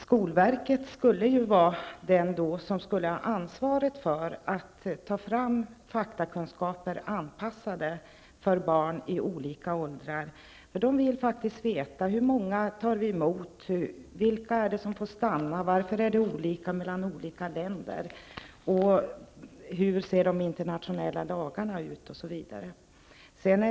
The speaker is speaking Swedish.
Skolverket skulle vara den myndighet som har ansvaret för att ta fram faktamaterial anpassade för barn i olika åldrar. De vill faktiskt veta hur många flyktingar vi tar emot, vilka som får stanna, varför det är olika för flyktingar från olika länder, hur de internationella lagarna ser ut osv.